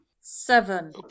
Seven